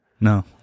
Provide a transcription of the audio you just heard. No